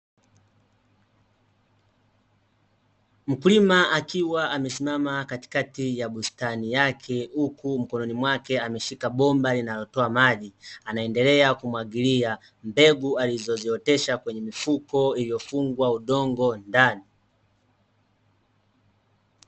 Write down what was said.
Mkulima akiwa amesimama katikati ya bustani yake huku mkononi mwake ameshika bomba linalotoa maji, anaendelea kumwagilia mbegu alizoziotesha kwenye mifuko iliyofungwa udongo ndani.